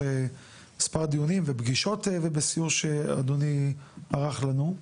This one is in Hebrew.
מספר דיונים ופגישות ובסיור שאדוני ערך לנו,